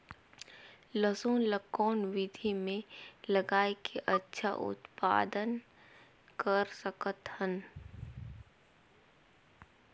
लसुन ल कौन विधि मे लगाय के अच्छा उत्पादन कर सकत हन?